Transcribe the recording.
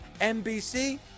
NBC